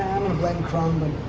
blame krohn,